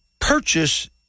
purchase